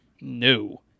No